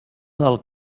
del